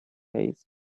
case